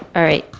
all right.